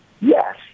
yes